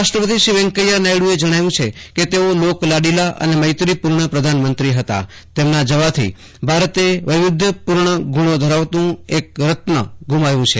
ઉપરાષ્ટ્રપતિએ જણાવ્યું છે કે તેઓ લોકલાડીલા અને મૈત્રીપૂર્ણ પ્રધાનમંત્રી હતા તેમના જવાથી ભારતે વૈવિધ્યપૂર્ણ ગુણો ધરાવતું એક રત્ન ગુમાવ્યું છે